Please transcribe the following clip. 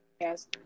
Yes